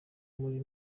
muri